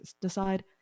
decide